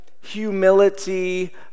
humility